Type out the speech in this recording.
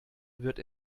wird